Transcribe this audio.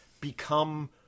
become